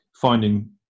finding